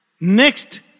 Next